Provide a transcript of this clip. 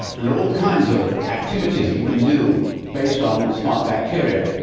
and there are all kinds of activities you can do based on smart bacteria.